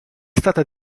stata